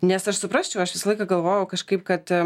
nes aš suprasčiau aš visą laiką galvojau kažkaip kad